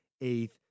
eighth